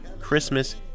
Christmas